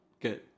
good